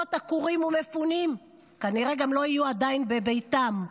ועשרות עקורים ומפונים כנראה לא יהיו עדיין בביתם.